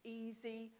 easy